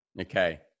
Okay